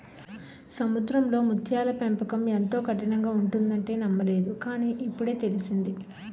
సముద్రంలో ముత్యాల పెంపకం ఎంతో కఠినంగా ఉంటుందంటే నమ్మలేదు కాని, ఇప్పుడే తెలిసింది